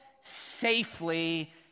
safely